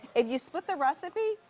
if you split the recipe,